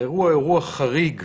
האירוע הוא אירוע חריג,